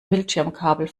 bildschirmkabel